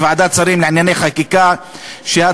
בוועדת שרים לענייני חקיקה יש מגמה,